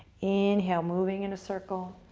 inhale, moving in a circle.